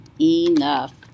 enough